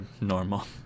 normal